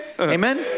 amen